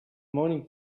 morning